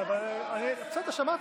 זה לא כבקשתך.